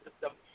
system